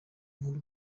nk’u